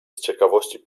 ciekawość